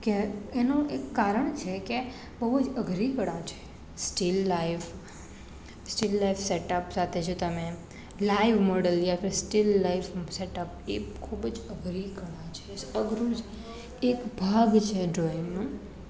કે એનું એક કારણ છે કે બઉઅજ અઘરી કળા છે still life still life setup સાથે જો તમે લાઈવ મોડલ યા ફીર સ્ટીલ લાઈવ સેટઅપ એ ખૂબ જ અઘરી કળા છે અઘરુ જ એક ભાગ છે ડ્રોઇંગનો